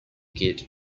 get